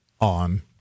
on